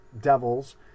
Devils